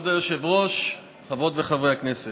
כבוד היושב-ראש, חברות וחברי הכנסת,